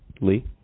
Lee